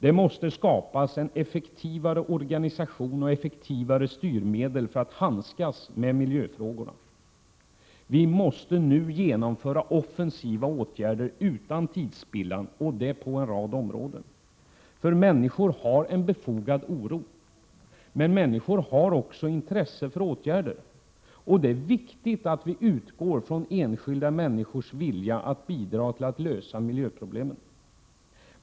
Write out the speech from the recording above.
Vi måste skapa en effektivare organisation och effektivare styrmedel för att handskas med miljöfrågorna. Vi måste utan tidsspillan genomföra offensivare åtgärder — på en rad områden. Människor har nämligen en befogad oro, men människor har också intresse för åtgärder; det är viktigt att vi utgår från enskilda människors vilja att bidra till att lösa miljöproblemen.